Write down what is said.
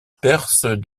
percent